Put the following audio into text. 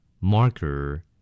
marker